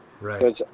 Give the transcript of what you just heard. Right